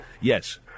Yes